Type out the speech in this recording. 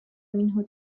منه